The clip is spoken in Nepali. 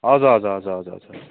हजुर हजुर हजुर हजुर